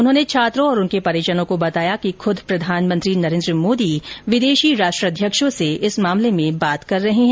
उन्होंने छात्रों और उनके परिजनों को बताया कि ख्द प्रधानमंत्री नरेन्द्र मोदी विदेशी राष्ट्राध्यक्षों से इस मामले में बात कर रहे है